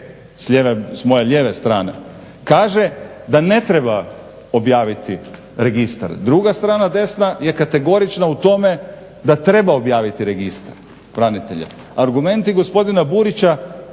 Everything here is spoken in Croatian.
s moje lijeve strane kaže da ne treba objaviti registar, druga strana desna je kategorična u tome da treba objaviti registar branitelja. Argumenti gospodina Burića